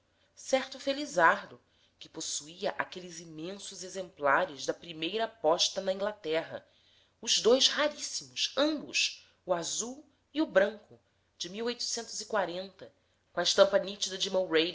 certo felizardo que possuía aqueles imensos exemplares da primeira posta na inglaterra os dois raríssimos ambos o azul e o branco de com a estampa nítida de